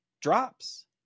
drops